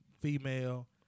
female